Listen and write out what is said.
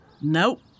Nope